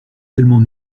tellement